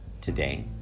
today